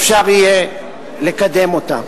אפשר יהיה לקדם אותה.